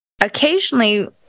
occasionally